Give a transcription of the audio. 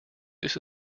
this